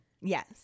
Yes